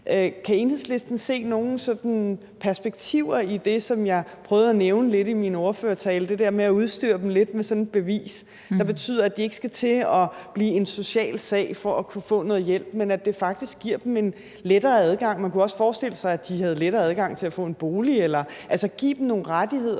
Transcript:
Kan Enhedslisten se nogen perspektiver i det, som jeg prøvede at nævne lidt i min ordførertale, altså det der med at udstyre dem lidt med sådan et bevis, der betyder, at de ikke skal til at blive en social sag for at kunne få noget hjælp, men at det faktisk giver dem en lettere adgang? Man kunne også forestille sig, at de havde lettere adgang til at få en bolig, altså, at vi giver dem nogle rettigheder,